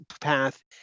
path